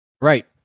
Right